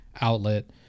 outlet